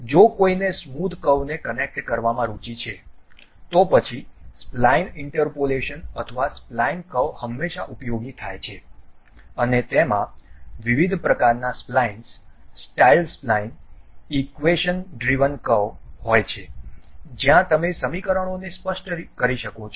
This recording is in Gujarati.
જો કોઈને સ્મૂથ્ કર્વને કનેક્ટ કરવામાં રુચિ છે તો પછી સ્પલાઇન ઇન્ટરપોલેશન અથવા સ્પલાઇન કર્વ હંમેશાં ઉપયોગી થાય છે અને તેમાં વિવિધ પ્રકારનાં splines style spline equation driven curve હોય છે જ્યાં તમે સમીકરણોને પણ સ્પષ્ટ કરી શકો છો